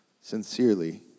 Sincerely